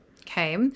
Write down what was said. Okay